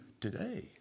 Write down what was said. today